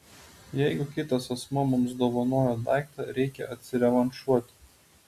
jeigu kitas asmuo mums dovanojo daiktą reikia atsirevanšuoti